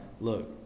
Look